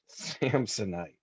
Samsonite